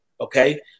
Okay